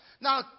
Now